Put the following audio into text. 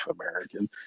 american